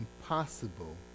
impossible